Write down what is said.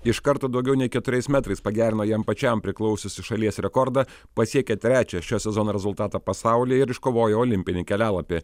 iš karto daugiau nei keturiais metrais pagerino jam pačiam priklausiusį šalies rekordą pasiekė trečią šio sezono rezultatą pasaulyje ir iškovojo olimpinį kelialapį